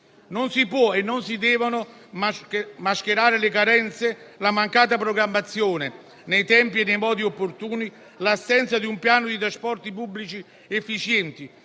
Non si può e non si devono mascherare le carenze, la mancata programmazione nei tempi e nei modi opportuni, l'assenza di un piano di trasporti pubblici efficiente